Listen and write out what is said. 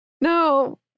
no